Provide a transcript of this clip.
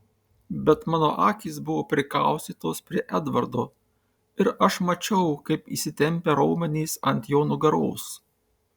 bet mano akys buvo prikaustytos prie edvardo ir aš mačiau kaip įsitempę raumenys ant jo nugaros